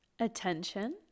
attention